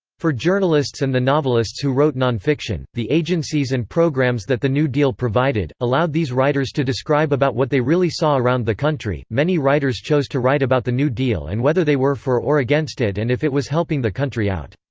for journalists and the novelists who wrote non-fiction, the agencies and programs that the new deal provided, allowed these writers writers to describe about what they really saw around the country many writers chose to write about the new deal and whether they were for or against it and if it was helping the country out.